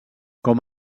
com